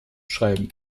schreiben